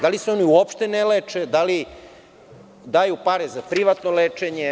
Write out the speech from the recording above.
Da li se oni uopšte ne leče, da li daju pare za privatno lečenje?